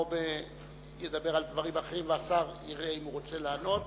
או שידבר על דברים אחרים והשר יראה אם הוא רוצה לענות,